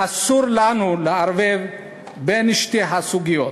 אסור לנו לערבב את שתי הסוגיות.